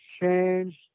changed